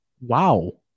Wow